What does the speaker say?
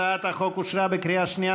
הצעת החוק אושרה בקריאה שנייה.